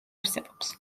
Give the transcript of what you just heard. არსებობს